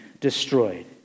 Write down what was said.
destroyed